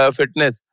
fitness